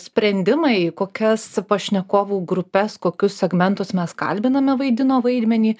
sprendimai kokias pašnekovų grupes kokius segmentus mes kalbiname vaidino vaidmenį